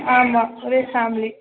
ஆமாம் ஒரே ஃபேமிலி